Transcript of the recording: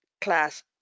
class